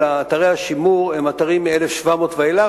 אלא אתרי השימור הם אתרים מ-1700 ואילך,